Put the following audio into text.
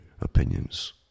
opinions